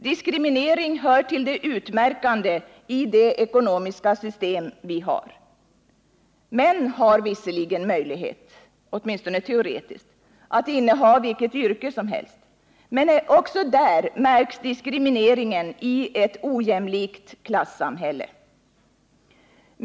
Diskriminering hör till det utmärkande i det ekonomiska system vi har. Män har visserligen möjlighet, åtminstone teoretiskt, att inneha vilket yrke som helst, men även där märks diskrimineringen i ett ojämlikt klassamhälle.